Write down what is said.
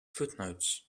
footnotes